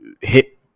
hit